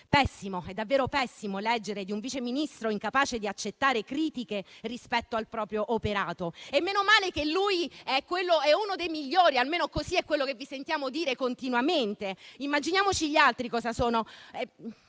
è davvero pessimo leggere di un Vice Ministro incapace di accettare critiche rispetto al proprio operato e meno male che lui è uno dei migliori, almeno così vi sentiamo dire continuamente. Immaginiamoci gli altri come sono.